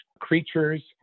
creatures